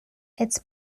its